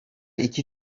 iki